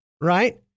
Right